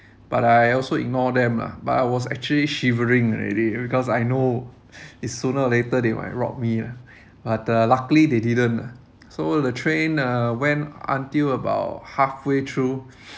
but I also ignore them lah but I was actually shivering already because I know it's sooner or later they might rob me ah but uh luckily they didn't ah so the train uh when until about halfway through